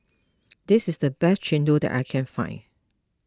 this is the best Chendol that I can find